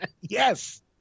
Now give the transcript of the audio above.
Yes